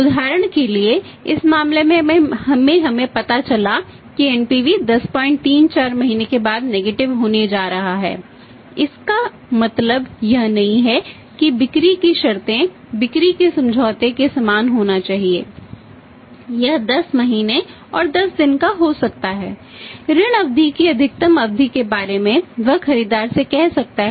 उदाहरण के लिए इस मामले में हमें पता चला कि एनपीवी 2 है